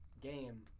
game